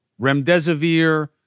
remdesivir